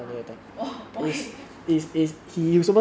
!huh! !wow! okay okay